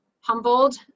humbled